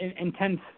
intense